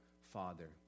Father